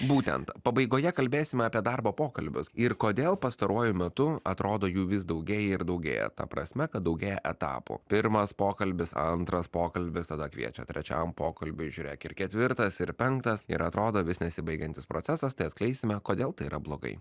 būtent pabaigoje kalbėsime apie darbo pokalbius ir kodėl pastaruoju metu atrodo jų vis daugėja ir daugėja ta prasme kad daugėja etapų pirmas pokalbis antras pokalbis tada kviečia trečiam pokalbiai žiūrėk ir ketvirtas ir penktas ir atrodo vis nesibaigiantis procesas tai atskleisime kodėl tai yra blogai